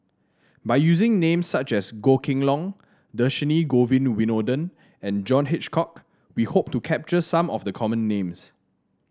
by using names such as Goh Kheng Long Dhershini Govin Winodan and John Hitchcock we hope to capture some of the common names